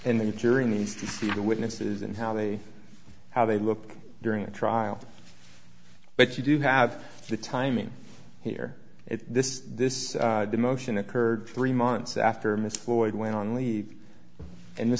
and the jury needs to see the witnesses and how they how they look during the trial but you do have the timing here this this demotion occurred three months after miss floyd went on leave and th